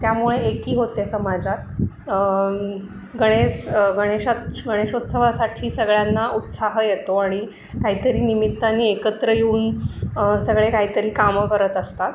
त्यामुळे एकी होते समाजात गणेश गणेशा गणेशोत्सवासाठी सगळ्यांना उत्साह येतो आणि काहीतरी निमित्तानी एकत्र येऊन सगळे काहीतरी कामं करत असतात